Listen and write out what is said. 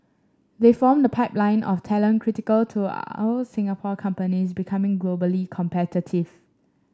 they form the pipeline of talent critical to our Singapore companies becoming globally competitive